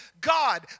God